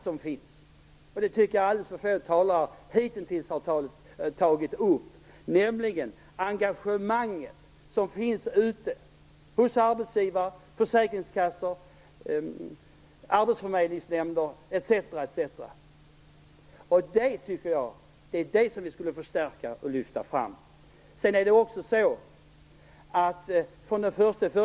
Jag tycker att alldeles för få talare hitintills har tagit upp det engegemang som finns ute hos arbetsgivare, försäkringskassor, arbetsförmedlingsnämnder etc. Det är det som vi skulle förstärka och lyfta fram.